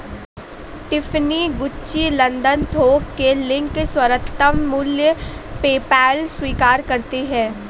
Tiffany, Gucci, London थोक के लिंक, सर्वोत्तम मूल्य, पेपैल स्वीकार करते है